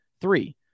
Three